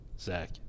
Zach